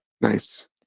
nice